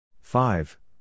five